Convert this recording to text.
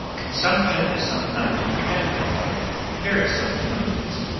consumption is sometimes prevented by very simple remedies.